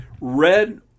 Red